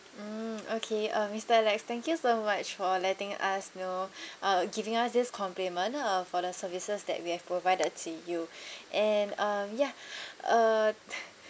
mm okay uh mister alex thank you so much for letting us know uh giving us this compliment uh for the services that we have provided to you and um ya uh